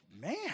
Man